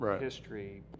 history